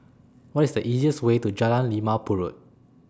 What IS The easiest Way to Jalan Limau Purut